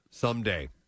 Someday